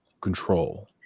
control